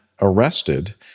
arrested